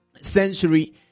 century